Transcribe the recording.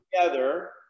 together